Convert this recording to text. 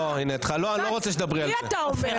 לי אתה אומר?